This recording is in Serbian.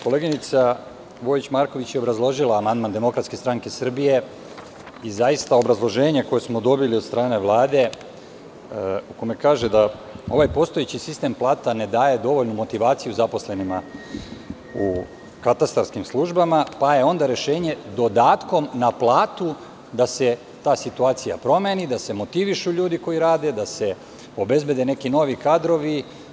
Koleginica Vojić Marković je obrazložila amandman DSS i zaista, obrazloženje koje smo dobili od strane Vlade u kome kaže da – ovaj postojeći sistem plata ne daje dovoljnu motivaciju zaposlenima u katastarskim službama pa je onda rešenje podatkom na platu da se ta situacija promeni, da se motivišu ljudi koji rade, da se obezbede neki novi kadrovi.